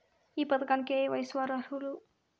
ఈ పథకానికి ఏయే వయస్సు వారు అర్హులు?